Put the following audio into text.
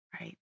right